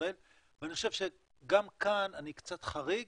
ישראל ואני חושב שגם כאן אני קצת חריג